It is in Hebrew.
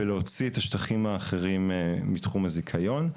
ולהוציא את השטחים האחרים מתחום הזיכיון,